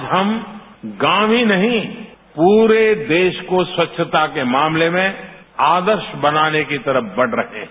आज हम गांव ही नहीं पुरे देश को स्वच्छता के मामले में आदर्श बनाने की तरफ बढ रहे हैं